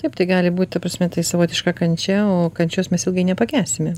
taip tai gali būt ta prasme tai savotiška kančia o kančios mes ilgai nepakęsime